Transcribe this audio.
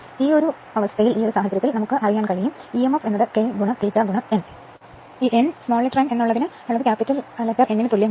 ഈ സാഹചര്യത്തിൽ നമുക്ക് വീണ്ടും അറിയാം emf K ∅ n യഥാർത്ഥത്തിൽ n തുല്യമാണ് നമ്മൾ മൂലധനം N ഉപയോഗിച്ചിരിക്കാം പക്ഷേ n ചെറിയ n മൂലധനം N